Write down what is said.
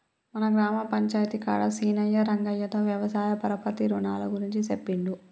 మన గ్రామ పంచాయితీ కాడ సీనయ్యా రంగయ్యతో వ్యవసాయ పరపతి రునాల గురించి సెప్పిండు